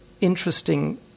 interesting